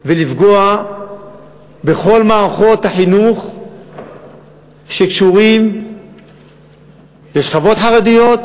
ולפגוע בכל מערכות החינוך שקשורות לשכבות חרדיות,